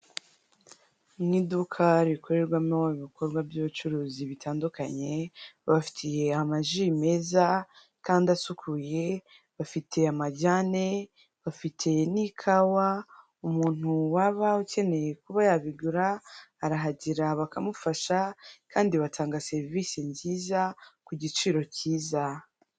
Mu iduka rikorerwamo ibikorwa by'ubucuruzi bitandukanye, babafitiye amaji meza, kandi asukuye, bafite amajyane, bafiye n'ikawa, umuntu waba ukeneye kuba yabigura arahagera bakamufasha kandi batanga serivisi nziza ku giciro cyiza.